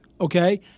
Okay